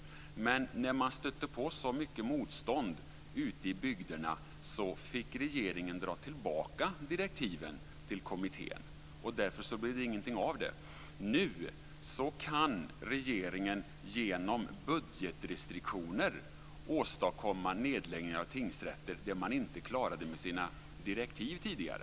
Men när man stötte på så mycket motstånd som man gjorde ute i bygderna fick regeringen dra tillbaka direktiven till kommittén, och därför blev det ingenting av med detta. Nu kan regeringen genom budgetrestriktioner åstadkomma nedläggning av tingsrätter, det man inte klarade med sina direktiv tidigare.